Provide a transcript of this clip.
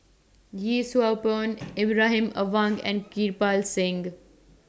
Yee Siew Pun Ibrahim Awang and Kirpal Singh